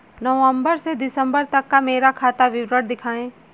नवंबर से दिसंबर तक का मेरा खाता विवरण दिखाएं?